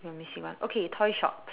we're missing one okay toy shop